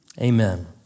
Amen